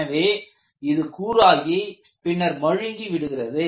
எனவே இது கூராகி பின்னர் மழுங்கி விடுகிறது